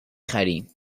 خریم